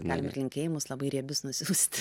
perduok linkėjimus labai riebius nusiųsit